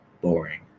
boring